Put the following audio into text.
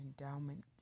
endowment